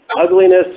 ugliness